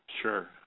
Sure